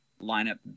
lineup